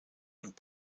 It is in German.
und